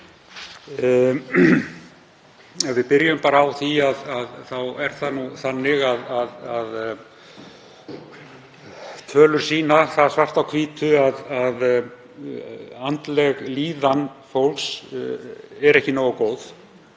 Ef við byrjum bara á því þá sýna tölur það svart á hvítu að andleg líðan fólks er ekki nógu góð